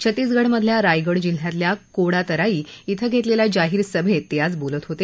छत्तीसगढमधल्या रायगढ़ जिल्ह्यातल्या कोडातराई इथं घेतलेल्या जाहीर सभेत ते आज बोलत होते